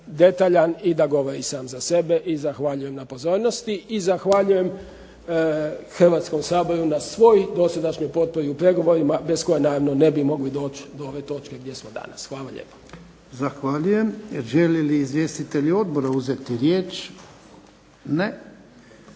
detaljan i da govori sam za sebe. I zahvaljujem na pozornosti. I zahvaljujem Hrvatskom saboru na svoj dosadašnjoj potpori u pregovorima bez koje naravno ne bi mogli doći do ove točke gdje smo danas. Hvala lijepo. **Jarnjak, Ivan (HDZ)** Zahvaljujem. Žele li izvjestitelji odbora uzeti riječ? Ne.